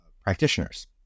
practitioners